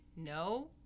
No